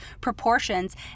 proportions